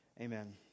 Amen